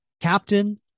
Captain